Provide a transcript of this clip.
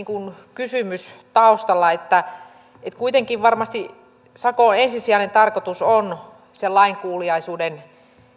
kysymys taustalla että että kuitenkin sakon ensisijainen tarkoitus varmasti on se lainkuuliaisuuden